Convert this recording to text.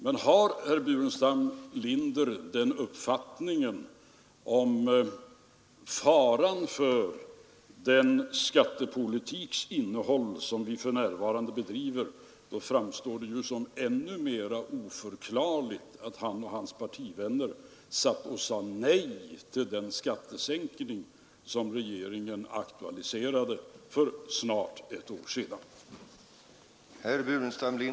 Men när herr Burenstam Linder har den uppfattningen då det gäller faran med innehållet i den skattepolitik som vi för närvarande driver, framstår det som ännu mer oförklarligt att han och hans partivänner sade nej till den skattesänkning som regeringen aktualiserade för snart ett år sedan.